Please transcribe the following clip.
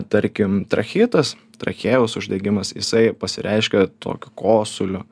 tarkim tracheitas trachėjos uždegimas jisai pasireiškia tokiu kosuliu